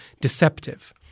deceptive